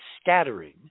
scattering